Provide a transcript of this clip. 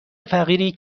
فقیری